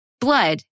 blood